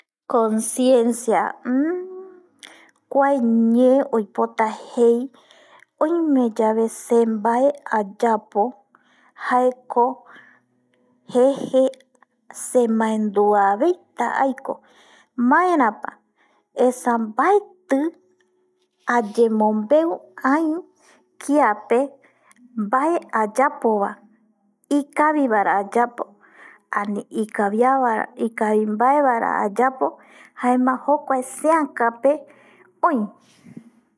Conciencia kua ñe oipota jei oimeyave se mbae ayapo jaeko jeje semaenduaveita aiko maerapa esa mbaeti ayemombeu aï kiape mbae ayapova ikavivara ayapo ani ikavi mbaevara ayapo jaema jokuae seäkape öi